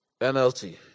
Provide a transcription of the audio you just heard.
NLT